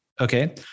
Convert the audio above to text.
Okay